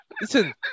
Listen